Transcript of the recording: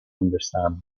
understand